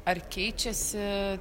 ar keičiasi